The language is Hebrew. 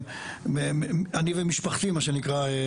אני ומשפחתי מה שנקרא,